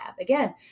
Again